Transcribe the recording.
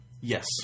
Yes